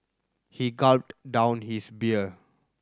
he gulped down his beer